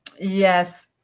yes